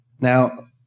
Now